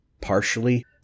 partially